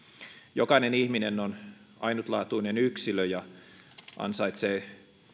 jokainen ihminen on ainutlaatuinen yksilö ja ansaitsee